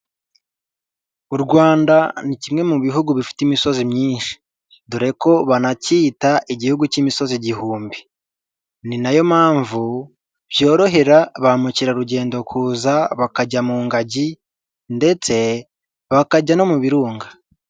U Rwanda ni kimwe mu bihugu bifite imisozi myinshi dore ko banakita igihugu k'imisozi igihumbi ni nayo mpamvu byorohera ba mukerarugendo kuza bakajya mu ngagi ndetse bakajya no mu birunga.